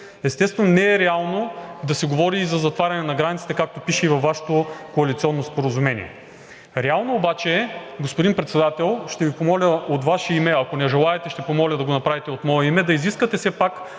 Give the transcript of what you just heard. Естествено, не е реално да се говори и за затваряне на границите, както пише и във Вашето коалиционно споразумение. Реално обаче е – господин Председател, ще Ви помоля от Ваше име, ако не желаете, ще помоля да го направите от мое име, да изискате все пак